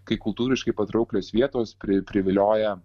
kai kultūriškai patrauklios vietos pri privilioja